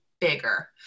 bigger